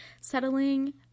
settling